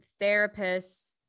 therapists